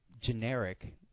generic